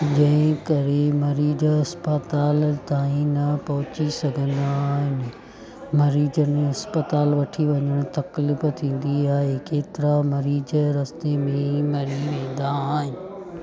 जंहिं करे मरीज़ अस्पताल ताईं न पहुची सघंदा आहिनि मरीज़ में अस्पताल वठी वञणु तकलीफ़ु थींदी आहे केतिरा मरीज़ रस्ते में मरी वेंदा आहिनि